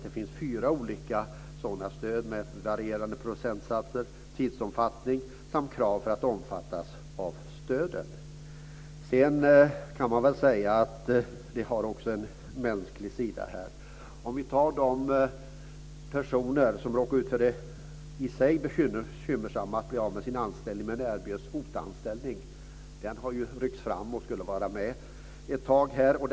Det finns fyra olika sådana stöd med varierande procentsatser, tidsomfattning samt krav som ska uppfyllas för att man ska omfattas av stöden. Det här har också en mänsklig sida. Personer som råkar ut för det i sig bekymmersamma att bli av med sin anställning kan erbjudas OTA-anställning. Den möjligheten har lyfts fram och ska finnas kvar ett tag framöver.